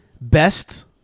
Best